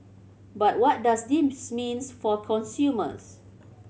but what does this means for consumers